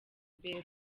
imbere